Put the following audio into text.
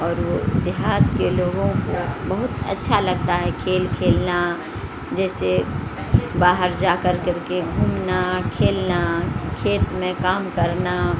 اور وہ دیہات کے لوگوں کو بہت اچھا لگتا ہے کھیل کھیلنا جیسے باہر جا کر کر کے گھومنا کھیلنا کھیت میں کام کرنا